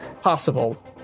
possible